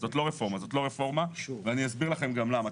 זאת לא רפורמה ואני גם אסביר לכם למה.